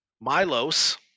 Milos